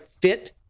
fit